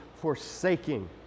forsaking